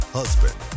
husband